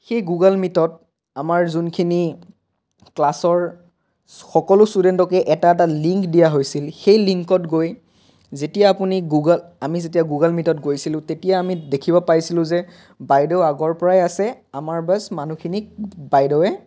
সেই গুগল মীটত আমাৰ যোনখিনি ক্লাছৰ সকলো ষ্টুডেণ্টকে এটা এটা লিংক দিয়া হৈছিল সেই লিংকত গৈ যেতিয়া আপুনি গুগল আমি যেতিয়া গুগল মীটত গৈছিলোঁ তেতিয়া আমি দেখিব পাইছিলোঁ যে বাইদেউ আগৰ পৰাই আছে আমাৰ বাচ্ মানুহখিনিক বাইদেউৱে